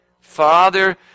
Father